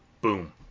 boom